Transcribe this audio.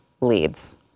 leads